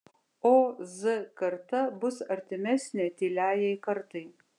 o z karta bus artimesnė tyliajai kartai